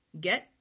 get